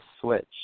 switch